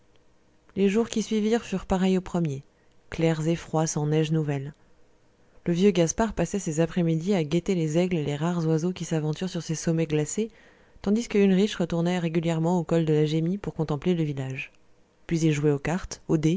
les jours qui suivirent furent pareils au premier clairs et froids sans neige nouvelle le vieux gaspard passait ses après-midi à guetter les aigles et les rares oiseaux qui s'aventurent sur ces sommets glacés tandis que ulrich retournait régulièrement au col de la gemmi pour contempler le village puis ils jouaient aux cartes